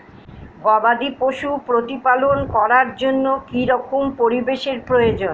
গবাদী পশু প্রতিপালন করার জন্য কি রকম পরিবেশের প্রয়োজন?